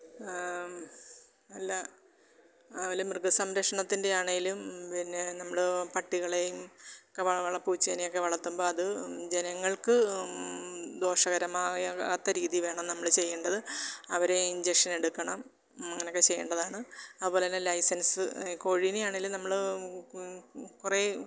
വല്ല ആ വല്ല മൃഗ സംരക്ഷണത്തിന്റെ ആണെങ്കിലും പിന്നെ നമ്മൾ പട്ടികളെയും ഒക്കെ വള പൂച്ചേനെ ഒക്കെ വളർത്തുമ്പം അത് ജനങ്ങള്ക്ക് ദോഷകരമായ ആകാത്ത രീതിയിൽ വേണം നമ്മൾ ചെയ്യേണ്ടത് അവരെ ഇഞ്ചെക്ഷൻ എടുക്കണം അങ്ങനെ ഒക്കെ ചെയ്യേണ്ടതാണ് അത്പോലെ തന്നെ ലൈസന്സ് കോഴിനെ ആണെങ്കിലും നമ്മൾ കുറേ